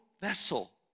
vessel